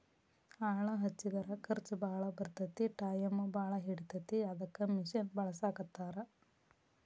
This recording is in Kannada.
ಆಳ ಹಚ್ಚಿದರ ಖರ್ಚ ಬಾಳ ಬರತತಿ ಟಾಯಮು ಬಾಳ ಹಿಡಿತತಿ ಅದಕ್ಕ ಮಿಷನ್ ಬಳಸಾಕತ್ತಾರ